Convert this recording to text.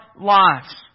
lives